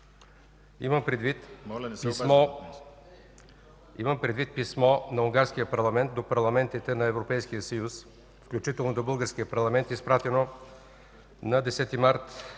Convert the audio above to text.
Имам предвид писмо на унгарския парламент до парламентите на Европейския съюз, включително и до Българския парламент, изпратено на 10 март